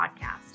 podcast